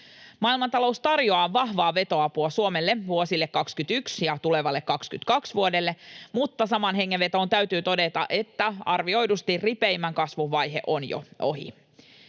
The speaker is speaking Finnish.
Maailmantalous tarjoaa vahvaa vetoapua Suomelle vuodelle 21 ja tulevalle vuodelle 22, mutta samaan hengenvetoon täytyy todeta, että arvioidusti ripeimmän kasvun vaihe on jo ohi.